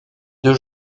deux